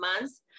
months